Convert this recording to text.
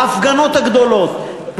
ההפגנות הגדולות,